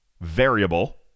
variable